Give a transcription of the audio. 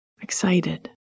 excited